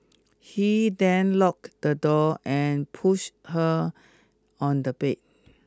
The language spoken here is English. he then locked the door and pushed her on the bed